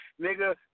Nigga